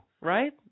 right